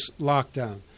lockdown